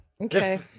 Okay